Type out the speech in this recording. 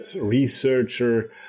researcher